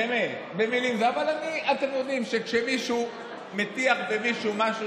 אבל אתם יודעים שכשמישהו מטיח במישהו משהו,